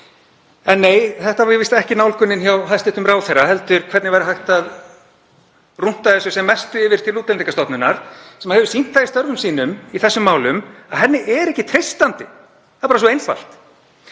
En, nei, það var víst ekki nálgunin hjá hæstv. ráðherra heldur hvernig hægt væri að rútta sem mestu af þessu yfir til Útlendingastofnunar, sem hefur sýnt það í störfum sínum í þessum málum að henni er ekki treystandi. Það er bara svo einfalt.